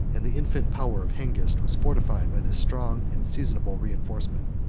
and the infant power of hengist was fortified by this strong and seasonable reenforcement.